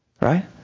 right